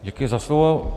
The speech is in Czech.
Děkuji za slovo.